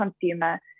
consumer